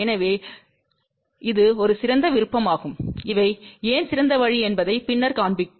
எனவே இது ஒரு சிறந்த விருப்பமாகும் இவை ஏன் சிறந்த வழி என்பதை பின்னர் காண்பிக்கும்